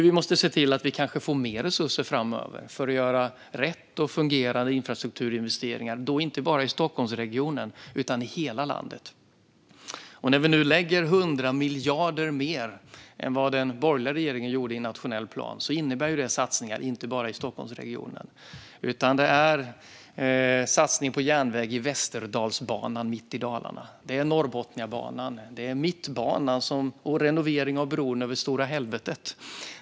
Vi måste se till att vi kanske får mer resurser framöver för att göra rätt och fungerande infrastrukturinvesteringar, och då inte bara i Stockholmsregionen utan i hela landet. När vi nu lägger 100 miljarder mer än den borgerliga regeringen gjorde i nationell plan innebär det satsningar, inte bara i Stockholmsregionen. Det är en satsning på järnväg i Västerdalsbanan mitt i Dalarna, Norrbotniabanan, Mittbanan och renovering av bron över Stora Helvetet.